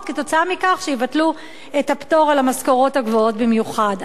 עקב כך שיבטלו את הפטור על המשכורות הגבוהות במיוחד.